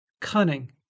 cunning